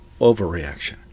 overreaction